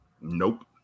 Nope